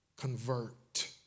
convert